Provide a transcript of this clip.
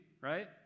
Right